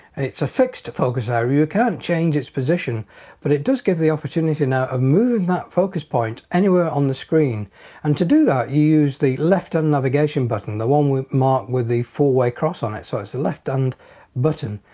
it's a fixed focus area you can change its position but it does give the opportunity now of moving that focus point anywhere on the screen and to do that you use the left hand navigation button the one with mark with the four-way cross on it. so it's the left-hand button.